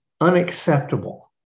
unacceptable